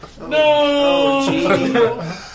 No